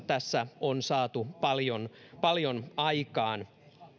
tässä on saatu paljon paljon aikaan